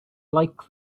like